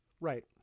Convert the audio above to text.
Right